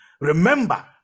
Remember